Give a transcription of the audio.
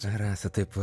tu rasa taip